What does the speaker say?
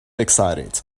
excited